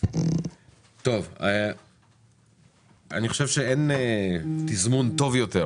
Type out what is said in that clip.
אני חושב שאין תזמון טוב יותר